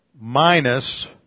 minus